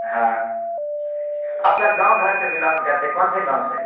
हाँ आप सर गाँव घर से बिलोंग करते कौन से गाँव से